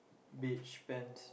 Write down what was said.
beige pants